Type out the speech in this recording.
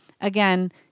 again